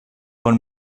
paul